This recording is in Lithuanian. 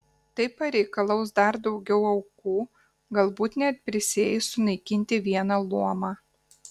tai pareikalaus dar daugiau aukų galbūt net prisieis sunaikinti vieną luomą